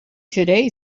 today